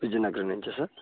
విజయనగరం నుంచా సర్